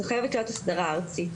זו חייבת להיות הסדרה ארצית.